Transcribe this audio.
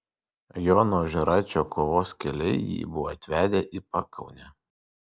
jono ožeraičio kovos keliai jį buvo atvedę į pakaunę